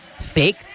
fake